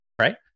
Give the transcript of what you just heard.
right